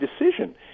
decision